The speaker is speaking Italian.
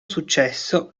successo